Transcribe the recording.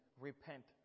repent